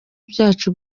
byacu